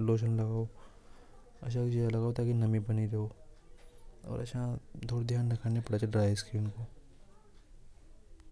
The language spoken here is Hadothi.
लोशन लगा।